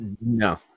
No